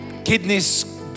kidneys